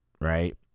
right